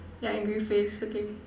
yeah angry face okay